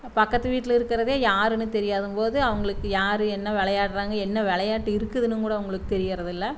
பக்கத்துக்கு வீட்டில இருக்கிறதே யாருன்னு தெரியாதுங்கும் போது அவங்களுக்கு யார் என்ன விளையாட்றாங்க என்ன விளையாட்டு இருக்குதுனு கூட அவங்களுக்கு தெரியுறது இல்லை